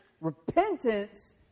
Repentance